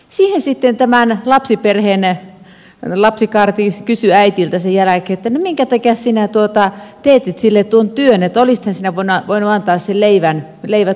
tämän perheen lapsikaarti kysyi äidiltä sen jälkeen että minkä takia sinä teetit sillä tuon työn että olisithan sinä voinut antaa ne leivät muutenkin